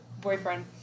boyfriend